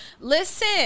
Listen